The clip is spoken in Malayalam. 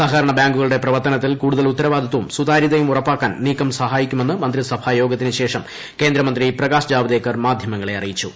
സഹകരണ ബാങ്കുകളുടെ പ്രവർത്തനത്തിൽ കൂടുതൽ ഉത്തരവാദിത്തവും സുതാര്യതയും ഉറപ്പാക്കാൻ നീക്കം സഹായിക്കുമെന്ന് മന്ത്രിസഭാ യോഗത്തിനു ശേഷം കേന്ദ്ര മന്ത്രി പ്രകാശ് ജാവ്ദേക്കർ മാധൃമങ്ങളെ അറിയിച്ചു